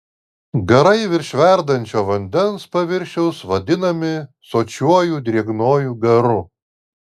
garai virš verdančio vandens paviršiaus vadinami sočiuoju drėgnuoju garu